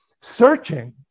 searching